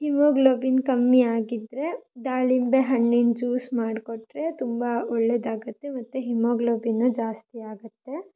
haemoglobin ಕಮ್ಮಿಯಾಗಿದ್ದರೆ ದಾಳಿಂಬೆ ಹಣ್ಣಿನ ಜ್ಯೂಸ್ ಮಾಡಿಕೊಟ್ರೆ ತುಂಬ ಒಳ್ಳೇದಾಗುತ್ತೆ ಮತ್ತು ಹಿಮೋಗ್ಲೋಬಿನ್ನೂ ಜಾಸ್ತಿ ಆಗುತ್ತೆ